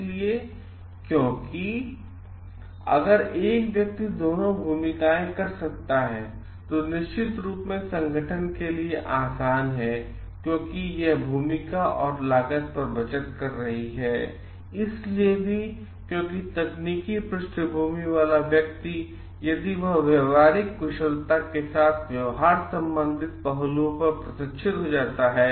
इसलिए क्योंकि अगर एक व्यक्ति दोनों भूमिकाएं कर सकता है तो निश्चित रूप से संगठन के लिए आसान है क्योंकि यह भूमिका और लागत पर बचत कर रही है इसलिए भी क्योंकि तकनीकी पृष्ठभूमि वाला व्यक्ति यदि वह व्यावहारिक कुशलता के व्यव्हार सम्बन्धित पहलुओं पर प्रशिक्षित हो सकता है